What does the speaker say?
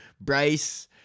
Bryce